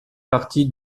partie